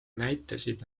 näitasid